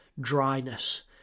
dryness